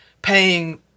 paying